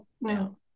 No